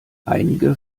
einige